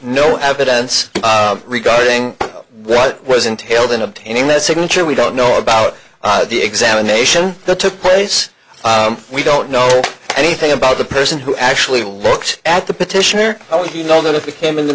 no evidence regarding what was entailed in obtaining that signature we don't know about the examination that took place we don't know anything about the person who actually looked at the petition or oh you know that if him in the